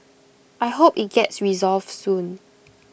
I hope IT gets resolved soon